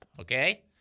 Okay